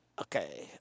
Okay